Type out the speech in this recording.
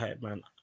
man